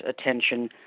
attention